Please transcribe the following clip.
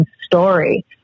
story